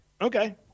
Okay